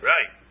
Right